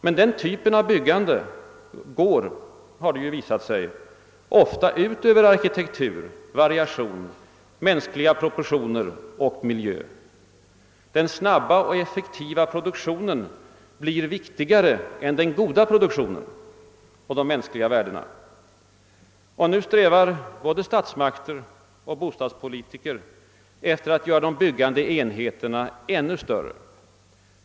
Men den typen av byggande går — har det ju visat sig — ofta ut över arkitektur, variation, mänskliga proportioner och miljö. Den snabba och effektiva produktionen blir viktigare än den goda produktionen och de mänskliga värdena. Och nu strävar både statsmakter och bostadspolitiker efter att göra de byggande enheterna ännu större.